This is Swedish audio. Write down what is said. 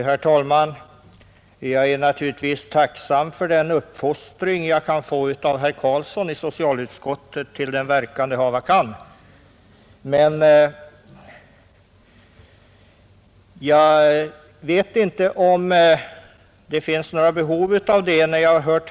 Herr talman! Jag är naturligtvis tacksam för den uppfostran jag kan få av ordföranden i socialutskottet herr Karlsson i Huskvarna, till den verkan det hava kan, Men efter att ha hört herr Karlsson vet jag inte om jag egentligen behöver någon sådan uppfostran.